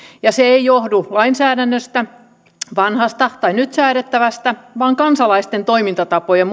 ja se ei johdu lainsäädännöstä vanhasta tai nyt säädettävästä vaan kansalaisten toimintatapojen